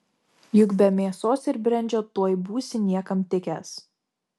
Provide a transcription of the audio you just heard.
juk be mėsos ir brendžio tuoj būsi niekam tikęs